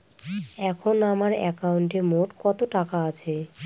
এখন আমার একাউন্টে মোট কত টাকা আছে?